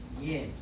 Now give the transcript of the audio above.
Yes